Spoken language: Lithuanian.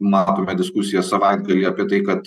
matome diskusiją savaitgalį apie tai kad